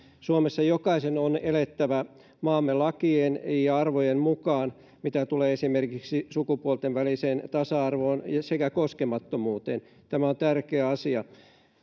suomessa jokaisen on elettävä maamme lakien ja arvojen mukaan mitä tulee esimerkiksi sukupuolten väliseen tasa arvoon sekä koskemattomuuteen tämä on tärkeä asia